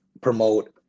promote